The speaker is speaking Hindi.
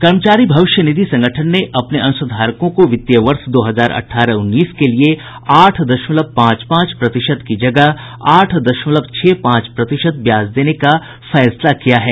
कर्मचारी भविष्य निधि संगठन ने अपने अंशधारकों को वित्तीय वर्ष दो हजार अठारह उन्नीस के लिए आठ दशमलव पांच पांच प्रतिशत की जगह आठ दशमलव छह पांच प्रतिशत ब्याज देने का फैसला किया है